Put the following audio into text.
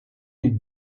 une